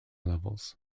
levels